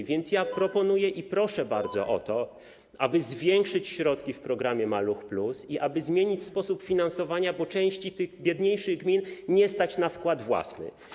A więc proponuję i proszę bardzo o to, aby zwiększyć środki w programie „Maluch+” i zmienić sposób finansowania, bo części tych biedniejszych gmin nie stać na wkład własny.